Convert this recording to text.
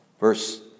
Verse